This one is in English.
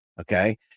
okay